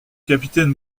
capitaine